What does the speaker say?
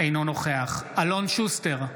אינו נוכח אלון שוסטר,